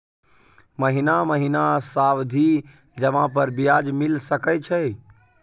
महीना महीना सावधि जमा पर ब्याज मिल सके छै?